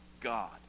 God